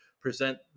present